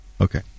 Okay